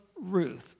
Ruth